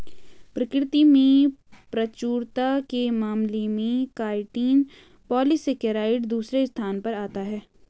प्रकृति में प्रचुरता के मामले में काइटिन पॉलीसेकेराइड दूसरे स्थान पर आता है